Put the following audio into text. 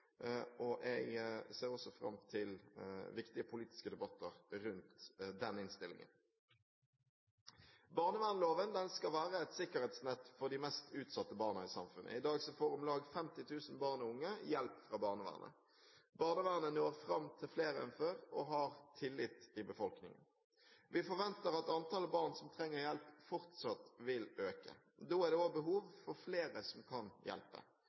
og jeg ser også fram til viktige politiske debatter rundt den innstillingen. Barnevernsloven skal være et sikkerhetsnett for de mest utsatte barna i samfunnet. I dag får om lag 50 000 barn og unge hjelp fra barnevernet. Barnevernet når fram til flere enn før og har tillit i befolkningen. Vi forventer at antallet barn som trenger hjelp, fortsatt vil øke. Da er det også behov for flere som kan hjelpe.